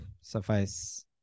Suffice